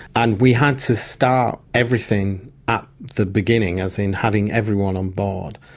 and we had to start everything at the beginning, as in having everyone on board.